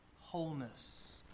wholeness